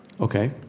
Okay